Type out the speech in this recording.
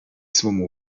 swą